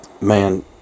Man